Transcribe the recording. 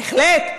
בהחלט,